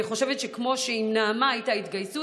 אני חושבת שכמו שעם נעמה הייתה התגייסות,